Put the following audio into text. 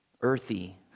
earthy